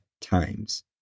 times